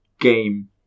game